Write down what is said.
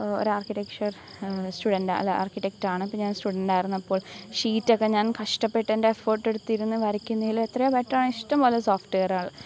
ഒരു ആർക്കിടെക്ച്വർ സ്റ്റുഡെൻ്റാണ് അല്ല ആർക്കിടെക്ടാണ് അപ്പോൾ ഞാൻ സ്റ്റുഡെൻ്റായിരുന്നപ്പോൾ ഷീറ്റൊക്കെ ഞാൻ കഷ്ടപ്പെട്ടതിൻ്റെ എഫേട്ട് എടുത്തിരുന്നത് വരയ്ക്കുന്നതിൽ എത്രയാണ് പറ്റുകയാണെങ്കിൽ ഇഷ്ടം പോലെ സോഫ്റ്റുവെയറുകൾ